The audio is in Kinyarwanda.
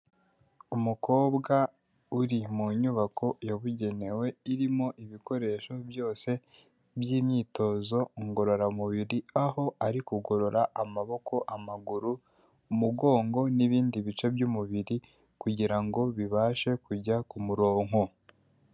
Umukobwa uri mu nyubako yabugenewe irimo ibikoresho byose by'imyitozo ngororamubiri aho ari kugorora amaboko, amaguru, umugongo n'ibindi bice by'umubiri kugirango bibashe kujya ku muronko.